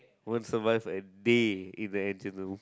won't survive a day imagine the wolf